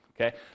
okay